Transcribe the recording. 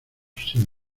sin